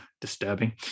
disturbing